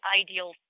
ideal